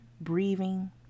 breathing